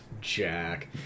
Jack